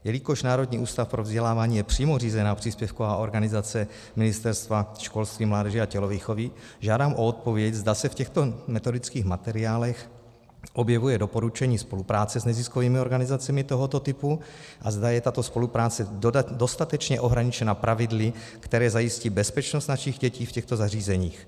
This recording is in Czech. Jelikož Národní ústav pro vzdělávání je přímo řízená příspěvková organizace Ministerstva školství, mládeže a tělovýchovy, žádám o odpověď, zda se v těchto metodických materiálech objevuje doporučení spolupráce s neziskovými organizacemi tohoto typu a zda je tato spolupráce dostatečně ohraničena pravidly, která zajistí bezpečnost našich dětí v těchto zařízeních.